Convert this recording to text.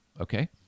okay